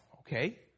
okay